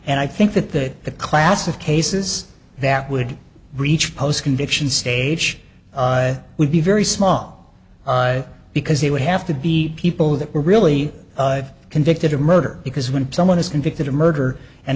and i think that the class of cases that would reach post conviction stage would be very small because they would have to be people that were really convicted of murder because when someone is convicted of murder and